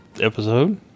episode